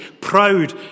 Proud